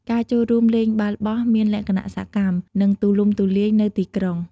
ការចូលរួមលេងបាល់បោះមានលក្ខណៈសកម្ម និងទូលំទូលាយនៅទីក្រុង។